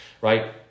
right